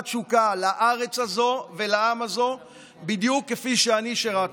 תשוקה לארץ הזו ולעם הזה בדיוק כפי שאני שירתי.